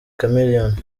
chameleone